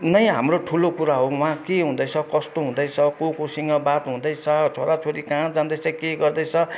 नै हाम्रो ठुलो कुरा हो वहाँ के हुँदैछ कस्तो हुँदैछ को कोसँग बात हुँदैछ छोरा छोरी कहाँ जादैँछ के गर्दैछ हामीले